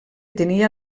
tenia